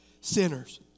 sinners